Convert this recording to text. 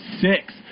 six